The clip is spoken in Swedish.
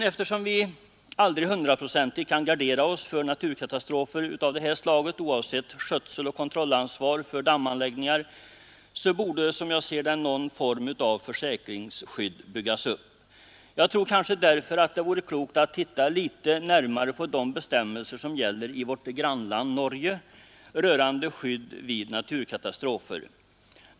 Eftersom vi aldrig hundraprocentigt kan gardera oss för naturkatastrofer av det här slaget, oavsett skötsel och kontrollansvar för dammanläggningar, borde det — som jag ser det — byggas upp någon form av försäkringsskydd. Jag tror därför att det vore klokt att titta litet närmare på de bestämmelser som gäller i vårt grannland Norge rörande skydd vid naturkatastrofer.